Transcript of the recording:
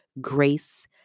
grace